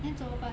then 怎么办